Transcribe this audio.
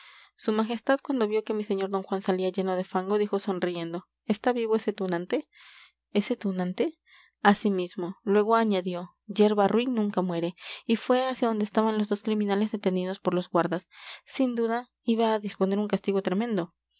su majestad cuando vio que mi señor d juan salía lleno de fango dijo sonriendo está vivo ese tunante ese tunante así mismo luego añadió yerba ruin nunca muere y fue hacia donde estaban los dos criminales detenidos por los guardas sin duda iba a disponer un castigo tremendo